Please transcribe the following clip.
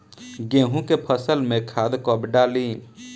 गेहूं के फसल में खाद कब डाली?